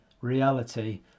reality